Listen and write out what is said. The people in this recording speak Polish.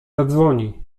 zadzwoni